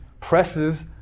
presses